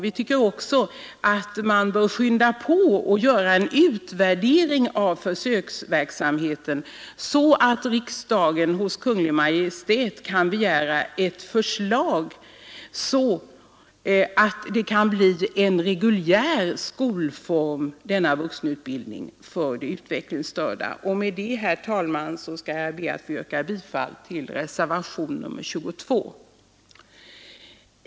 Vi tycker också att man bör skynda på och göra en utvärdering av försöksverksamheten, så att riksdagen hos Kungl. Maj:t kan begära förslag om att denna vuxenutbildning skall bli en reguljär skolform för de utvecklingsstörda. Med det, herr talman, ber jag att få yrka bifall till reservationen 22.